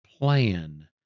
plan